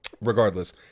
regardless